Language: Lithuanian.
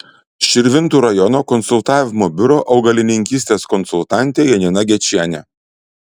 širvintų rajono konsultavimo biuro augalininkystės konsultantė janina gečienė